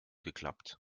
geklappt